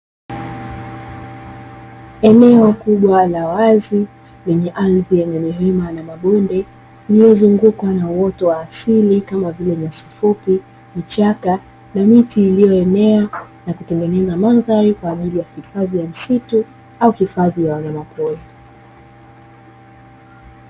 Eneo kubwa la wazi lenye ardhi yenye milima na mabonde lililozungukwa na uoto wa asili kama vile nyasi fupi, vichaka na miti iliyoenea na kutengeneza mandhari kwaajili ya hifadhi ya misitu au hifadhi ya wanyamapori.